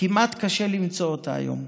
שכמעט קשה למצוא היום.